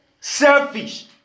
selfish